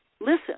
Listen